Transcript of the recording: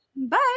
Bye